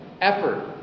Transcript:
effort